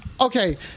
Okay